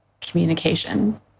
communication